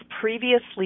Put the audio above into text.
previously